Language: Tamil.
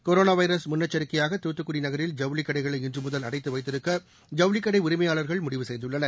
கொரோனா வைரஸ் முன்னெச்சிக்கையாக துத்துக்குடி நகரில் ஜவுளி கடைகளை இன்றுமுதல் அடைத்து வைத்திருக்க ஜவுளி கடை உரிமையாளர்கள் முடிவு செய்துள்ளனர்